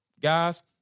guys